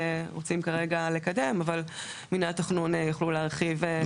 כרגע לקדם אבל מינהל התכנון יוכלו להרחיב.